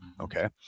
okay